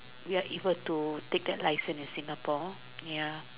we are able to take that license in Singapore